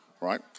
right